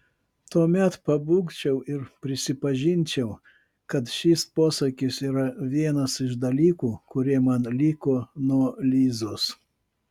tuomet pabūgčiau ir prisipažinčiau kad šis posakis yra vienas iš dalykų kurie man liko nuo lizos